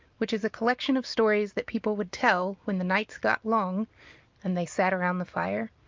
which is a collection of stories that people would tell when the nights got long and they sat around the fire.